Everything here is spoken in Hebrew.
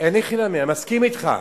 מסכים אתך.